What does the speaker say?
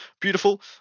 Beautiful